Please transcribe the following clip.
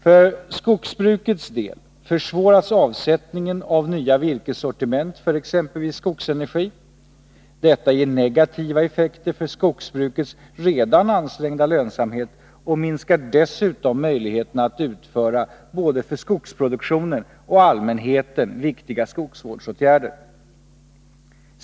För skogsbrukets del försvåras avsättningen av nya virkessortiment för exempelvis skogsenergi. Detta ger negativa effekter för skogsbrukets redan ansträngda lönsamhet och minskar dessutom möjligheterna att utföra både för skogsproduktionen och allmänheten viktiga skogsvårdsåtgärder.